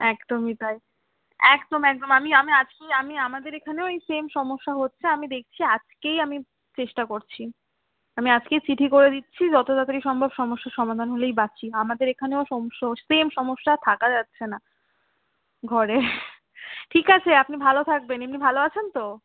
একদমই তাই একদম একদম আমি আমি আজকেই আমি আমাদের এখানেও এই সেম সমস্যা হচ্ছে আমি দেখছি আজকেই আমি চেষ্টা করছি আমি আজকে চিঠি করে দিচ্ছি যতো তাড়াতাড়ি সম্ভব সমস্যার সমাধান হলেই বাঁচি আমাদের এখানেও সোম শোষ সেম সমস্যা থাকা যাচ্ছে না ঘরে ঠিক আছে আপনি ভালো থাকবেন এমনি ভালো আছেন তো